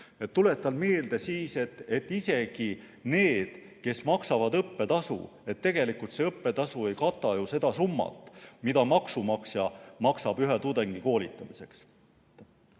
Tuletan meelde, et isegi kui makstakse õppetasu, siis tegelikult see õppetasu ei kata seda summat, mida maksumaksja muidu maksab ühe tudengi koolitamiseks.